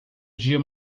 dia